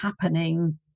happening